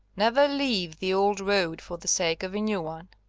never leave the old road for the sake of a new one.